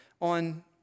on